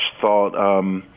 thought